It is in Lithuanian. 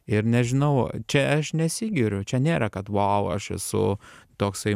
ir nežinau čia aš nesigiriu čia nėra kad wow aš esu toksai